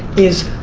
is,